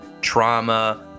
trauma